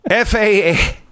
FAA